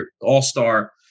all-star